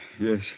Yes